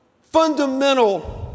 fundamental